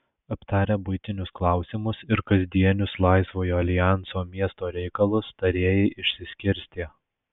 aptarę buitinius klausimus ir kasdienius laisvojo aljanso miesto reikalus tarėjai išsiskirstė